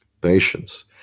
patience